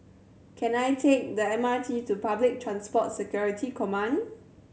can I take the M R T to Public Transport Security Command